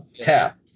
Tap